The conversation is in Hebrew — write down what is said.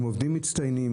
הם עובדים מצטיינים,